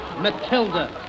Matilda